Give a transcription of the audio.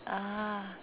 ah